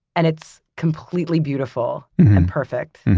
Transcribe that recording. and it's completely beautiful and perfect.